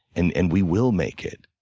and and we will make it.